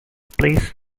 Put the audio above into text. please